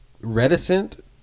reticent